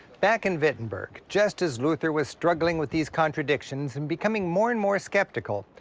back in wittenberg, just as luther was struggling with these contradictions and becoming more and more skeptical,